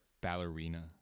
ballerina